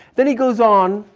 then he goes on,